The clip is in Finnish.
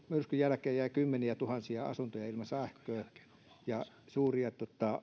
myrskyn jälkeen jäi kymmeniätuhansia asuntoja ilman sähköä ja suuria